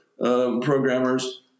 programmers